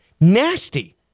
Nasty